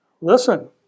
Listen